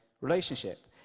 relationship